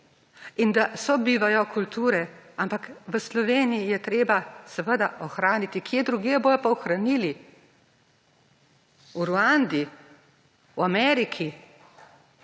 in da sobivajo kulturo. V Sloveniji je treba seveda ohraniti kje drugje jo bodo pa ohranili? V Ruandi, v Ameriki?